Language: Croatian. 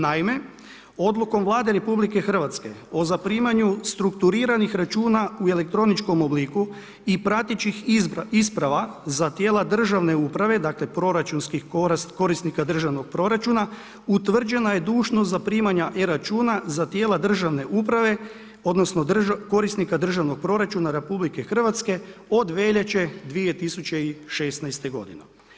Naime, odlukom Vlade RH o zaprimanju strukturiranih računa u elektroničkom obliku i pratećih isprava za tijela državne uprave, dakle proračunskih korisnika državnog proračuna, utvrđena je dužnost zaprimanja e računa za tijela državne uprave, odnosno korisnika državnog proračuna RH od veljače 2016. godine.